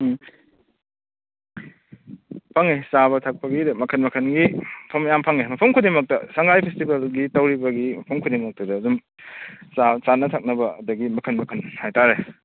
ꯆꯪꯉꯦ ꯆꯥꯕ ꯊꯛꯄꯒꯤꯗꯨ ꯃꯈꯜ ꯃꯈꯜꯒꯤ ꯃꯐꯝ ꯌꯥꯝ ꯐꯪꯉꯦ ꯃꯐꯝ ꯈꯨꯗꯤꯡꯃꯛꯇ ꯁꯉꯥꯏ ꯐꯦꯁꯇꯤꯚꯦꯜꯗꯨꯒꯤ ꯇꯧꯔꯤꯕꯒꯤ ꯃꯐꯝ ꯈꯨꯗꯤꯡꯃꯛꯇꯨꯗ ꯑꯗꯨꯝ ꯆꯥꯅ ꯊꯛꯅꯕ ꯑꯗꯒꯤ ꯃꯈꯜ ꯃꯈꯜ ꯍꯥꯏꯇꯥꯔꯦ